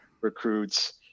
recruits